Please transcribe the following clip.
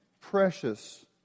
precious